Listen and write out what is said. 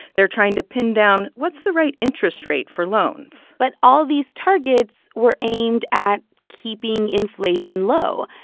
they're trying to pin down, what's the right interest rate for loans? but all these targets were aimed at keeping inflation low.